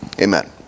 Amen